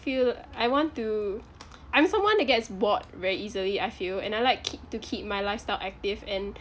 feel I want to I'm someone that gets bored very easily I feel and I like kee~ to keep my lifestyle active and